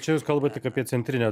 čia jūs kalbat tik apie centrinę